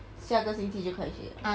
下个星期就开学 liao